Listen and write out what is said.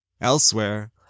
Elsewhere